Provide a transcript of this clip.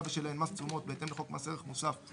בשלהן מס תשומות בהתאם לחוק מס ערך מוסף,